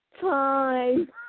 time